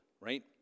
right